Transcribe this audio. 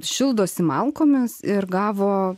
šildosi malkomis ir gavo